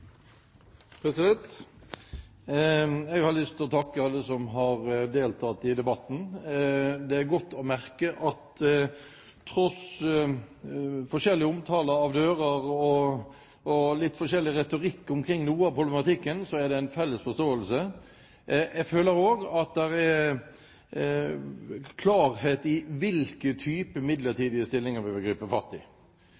Jeg har lyst til å takke alle som har deltatt i debatten. Det er godt å merke at tross forskjellige omtaler av dører og litt forskjellig retorikk omkring noe av problematikken så er det en felles forståelse. Jeg føler også at det er klarhet når det gjelder hvilke